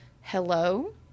hello